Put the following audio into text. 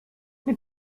les